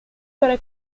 para